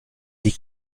die